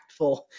impactful